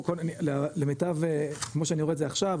פה למיטב כמו שאני רואה את זה עכשיו,